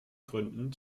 gründen